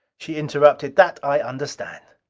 she interrupted, that i understand.